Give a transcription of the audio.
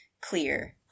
clear